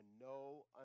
no